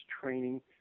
training